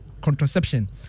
contraception